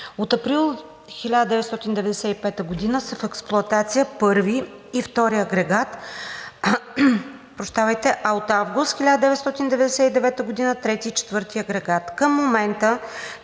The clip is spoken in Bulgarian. От април 1995 г. са в експлоатация първи и втори агрегат, а от август 1999 г. – трети и четвърти агрегат. Към момента